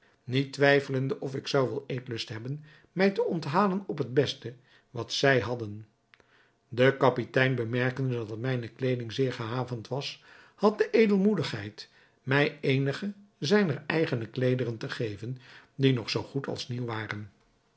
niet twijfelende of ik zou wel eetlust hebben mij te onthalen op het beste wat zij hadden de kapitein bemerkende dat mijne kleeding zeer gehavend was had de edelmoedigheid mij eenige zijner eigene kleederen te geven die nog zoo goed als nieuw waren